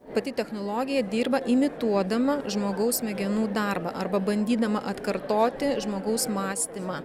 pati technologija dirba imituodama žmogaus smegenų darbą arba bandydama atkartoti žmogaus mąstymą